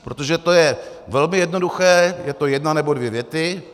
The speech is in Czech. Protože to je velmi jednoduché, je to jedna nebo dvě věty.